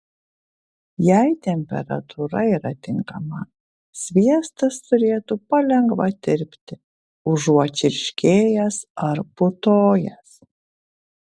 jei temperatūra yra tinkama sviestas turėtų palengva tirpti užuot čirškėjęs ar putojęs